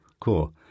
Cool